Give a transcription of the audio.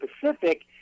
Pacific